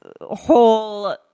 whole